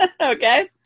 Okay